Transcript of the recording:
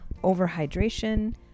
Overhydration